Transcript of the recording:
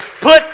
put